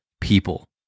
people